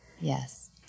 Yes